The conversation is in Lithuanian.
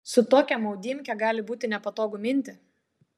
su tokia maudymke gali būt nepatogu minti